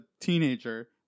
teenager